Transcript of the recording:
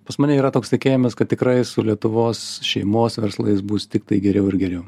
pas mane yra toks tikėjimas kad tikrai su lietuvos šeimos verslais bus tiktai geriau ir geriau